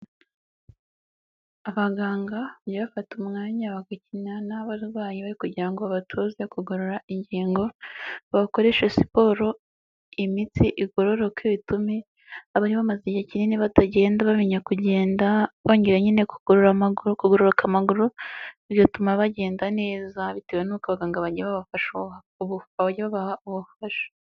Abaganga bajya bafata umwanya bagakina n'abarwayi kugira ngo babatoze kugorora ingingo, bakoreshe siporo imitsi igororoke bitume abari bamaze igihe kinini batagenda bamenya kugenda bongera nyine kugoroka amaguru, bigatuma bagenda neza bitewe n'uko abaganga bajya babafasha ubuya baha ubufasha.